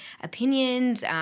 opinions